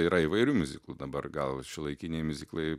yra įvairių miuziklų dabar gal šiuolaikiniai miuziklai